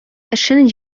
эшен